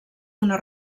una